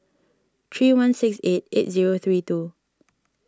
three one six eight eight zero three two